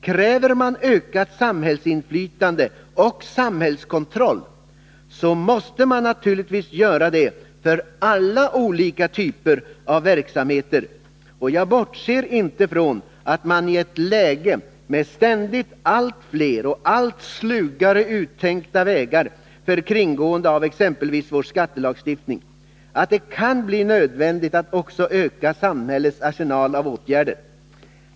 Kräver man ökat samhällsinflytande och samhällskontroll, måste man naturligtvis göra det för alla olika typer av verksamheter. Och jag bortser inte från att det i ett läge med ständigt allt fler och allt slugare uttänkta vägar för kringgående av exempelvis vår skattelagstiftning kan bli nödvändigt att också öka samhällets arsenal av åtgärder.